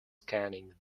scanning